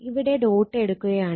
ഇവിടെ ഡോട്ട് എടുക്കുകയാണ്